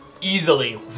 easily